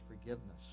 forgiveness